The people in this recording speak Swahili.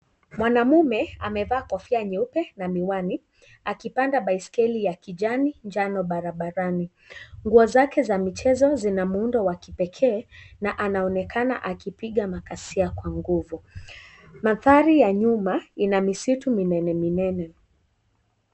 Mwanamume ameaa kofia nyeupe na miwani, akipanda baiskeli ya kijani njano barabarani. Nguo zake za michezo zina muundo wa kipekee, na anaonekana akipiga makasia kwa nguvu. Manthari ya nyuma ina misitu mineneminene.